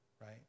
right